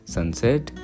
Sunset